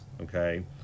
okay